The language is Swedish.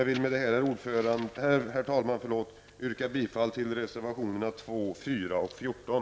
Jag vill med det anförda yrka bifall till reservationerna 2, 4 och 14.